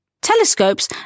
Telescopes